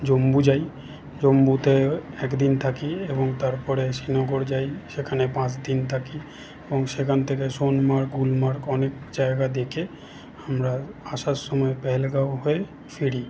জম্মু যাই জম্মুতে একদিন থাকি এবং তারপরে শ্রীনগর যাই সেখানে পাঁচ দিন থাকি এবং সেখান থেকে শোনমার্গ গুলমার্গ অনেক জায়গা দেখে আমরা আসার সময় পেহেলগাঁও হয়ে ফিরি